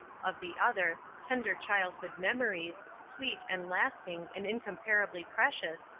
of the other, tender childhood memories, sweet and lasting and incomparably precious,